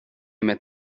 met